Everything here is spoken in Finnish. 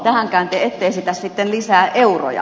tähänkään te ette esitä sitten lisää euroja